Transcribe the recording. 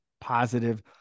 positive